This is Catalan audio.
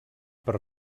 per